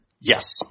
Yes